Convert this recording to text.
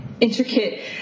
intricate